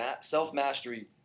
Self-mastery